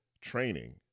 training